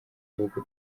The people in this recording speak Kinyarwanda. gihugu